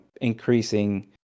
increasing